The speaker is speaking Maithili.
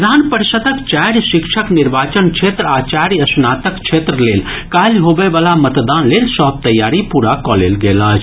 विधान परिषद्क चारि शिक्षक निर्वाचन क्षेत्र आ चारि स्नातक क्षेत्र लेल काल्हि होबय वला मतदान लेल सभ तैयारी पूरा कऽ लेल गेल अछि